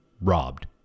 robbed